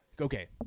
Okay